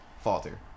falter